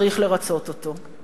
צריך לרצות אותו.